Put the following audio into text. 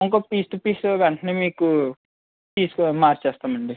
ఇంకో piece to piece వెంటనే మీకు తీసుకుని మార్చేస్తామండి